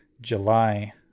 July